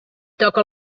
toca